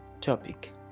topic